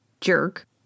Jerk